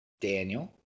Daniel